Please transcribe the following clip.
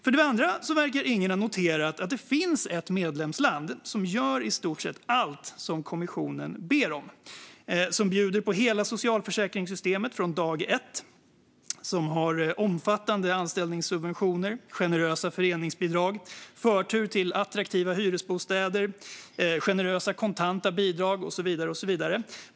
För det andra verkar ingen ha noterat att det finns ett medlemsland som gör i stort sett allt som kommissionen ber om, som bjuder på hela socialförsäkringssystemet från dag 1, som har omfattande anställningssubventioner, generösa föreningsbidrag, förtur till attraktiva hyresbostäder, generösa kontanta bidrag och så vidare.